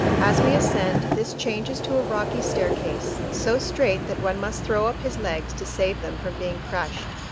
as we ascend, this changes to a rocky staircase, so strait that one must throw up his legs to save them from being crushed,